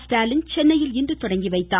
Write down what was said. ஸ்டாலின் சென்னையில் இன்று தொடங்கி வைத்தார்